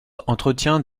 entretint